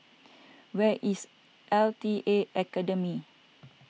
where is L T A Academy